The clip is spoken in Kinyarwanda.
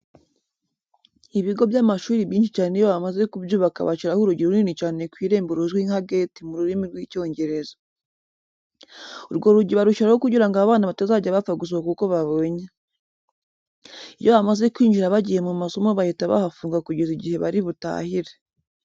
Ibigo by'amashuri byinshi cyane iyo bamaze kubyubaka bashyiraho urugi runini cyane ku irembo ruzwi nka gate mu rurimi rw'Icyongereza. Urwo rugi barushyiraho kugira ngo abana batazajya bapfa gusohoka uko babonye. Iyo bamaze kwinjira bagiye mu masomo bahita bahafunga kugeza igihe bari butahire.